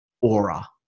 aura